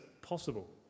possible